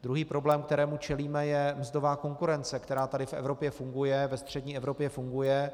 Druhý problém, kterému čelíme, je mzdová konkurence, která tady v Evropě funguje, ve střední Evropě funguje.